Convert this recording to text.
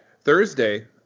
Thursday